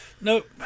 Nope